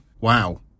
wow